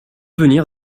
venir